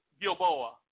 Gilboa